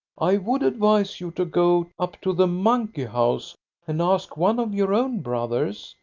i would advise you to go up to the monkeyhouse and ask one of your own brothers.